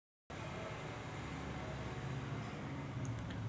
पत्ताकोबी थायरॉईड मध्ये हानिकारक आहे